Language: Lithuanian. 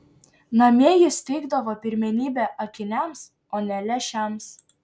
namie jis teikdavo pirmenybę akiniams o ne lęšiams